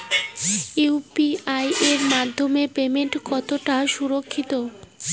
UPI এর মাধ্যমে payment কতটা সুরক্ষিত?